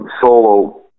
solo